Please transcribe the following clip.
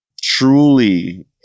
truly